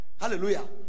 Hallelujah